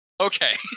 Okay